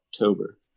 October